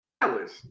Dallas